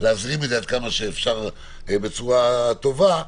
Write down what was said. להזרים את זה עד כמה שאפשר בצורה טובה,